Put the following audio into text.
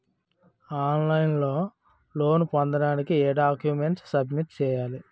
On line లో loan పొందటానికి ఎం డాక్యుమెంట్స్ సబ్మిట్ చేయాలి?